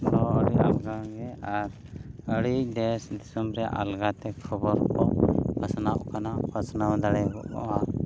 ᱜᱟᱱ ᱜᱮ ᱟᱨ ᱟᱹᱰᱤ ᱫᱮᱥ ᱫᱤᱥᱚᱢ ᱨᱮᱭᱟᱜ ᱟᱞᱜᱟ ᱛᱮ ᱠᱷᱚᱵᱚᱨ ᱠᱚ ᱯᱟᱥᱱᱟᱜ ᱠᱟᱱᱟ ᱯᱟᱥᱱᱟᱣ ᱫᱟᱲᱮᱭᱟᱜᱚᱜᱼᱟ